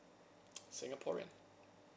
singaporean